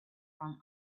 from